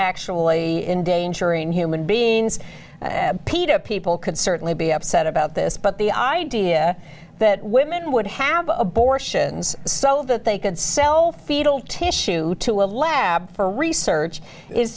actually endangering human beings peta people could certainly be upset about this but the idea that women would have abortions so that they could sell fetal tissue to a lab for research is